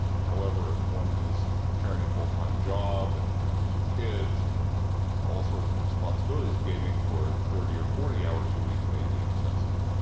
however, if one is carrying a fulltime job and has two kids and all sorts of responsibilities, gaming for thirty or forty hours a week may be excessive.